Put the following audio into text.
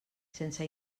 sense